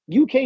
UK